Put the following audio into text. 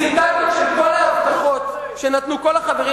ציטטות של כל ההבטחות שנתנו כל החברים